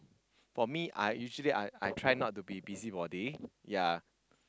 for me I usually I I try not to be busybody ya